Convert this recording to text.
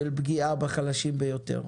של פגיעה בחלשים ביותר.